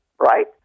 right